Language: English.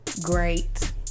Great